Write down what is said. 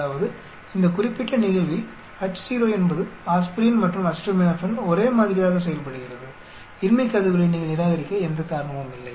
அதாவது இந்த குறிப்பிட்ட நிகழ்வில் Ho என்பது ஆஸ்பிரின் மற்றும் அசிடமினோபன் ஒரே மாதிரியாக செயல்படுகிறது இன்மை கருதுகோளை நீங்கள் நிராகரிக்க எந்த காரணமும் இல்லை